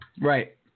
Right